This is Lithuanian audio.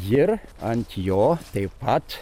ir ant jo taip pat